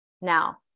Now